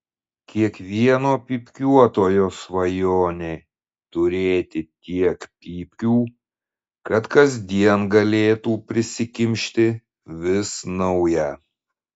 kiekvieno pypkiuotojo svajonė turėti tiek pypkių kad kasdien galėtų prisikimšti vis naują